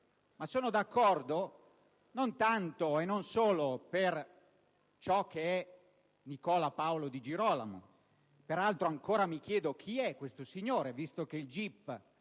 sono d'accordo, non tanto e non solo per ciò che è Nicola Paolo Di Girolamo (e, peraltro, ancora mi chiedo chi è questo signore, visto che il GIP